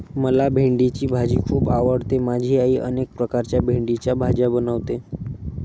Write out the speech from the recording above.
मला भेंडीची भाजी खूप आवडते माझी आई अनेक प्रकारच्या भेंडीच्या भाज्या बनवते